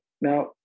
now